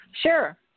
Sure